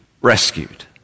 rescued